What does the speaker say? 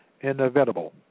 inevitable